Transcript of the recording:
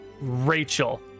Rachel